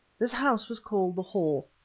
this house was called the hall,